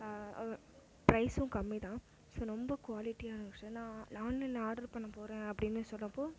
ப்ரைசும் கம்மிதான் ஸோ ரொம்ப குவாலிடியாக இருந்து நான் ஆன்லைனில் ஆர்டர் பண்ண போகிறேன் அப்படினு சொன்னப்போ